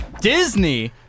Disney